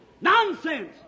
Nonsense